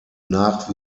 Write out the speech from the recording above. nach